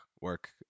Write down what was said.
work